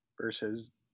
versus